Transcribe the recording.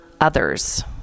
others